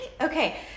Okay